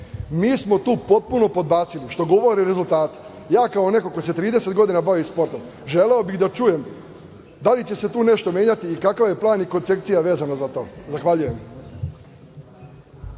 Mi smo tu potpuno podbacili, što govore rezultati. Ja kao neko ko se 30 godina bavi sportom želeo bih da čujem da li će se tu nešto menjati i kakav je plan i koncepcija za to? Zahvaljujem.